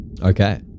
Okay